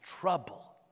trouble